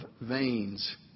veins